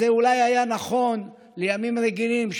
אז זה אולי היה נכון לימים רגילים,